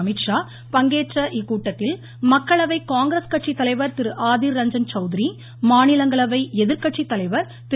அமீத்ஷா பங்கேற்ற இக்கூட்டத்தில் மக்களவை காங்கிரஸ் கட்சி தலைவர் திரு ஆதிர் ரஞ்சன் சௌத்ரி மாநிலங்களவை எதிர்க்கட்சி தலைவர் திரு